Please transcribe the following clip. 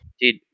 Dude